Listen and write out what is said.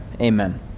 Amen